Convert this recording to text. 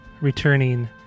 returning